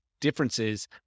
differences